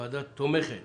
הוועדה תומכת